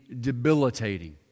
debilitating